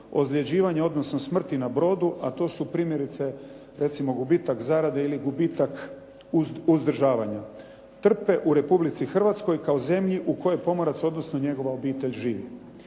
ozljeđivanja, odnosno smrti na brodu, a to su primjerice recimo gubitak zarade ili gubitak uzdržavanja trpe u Republici Hrvatskoj kao zemlji u kojoj pomorac, odnosno njegova obitelj živi.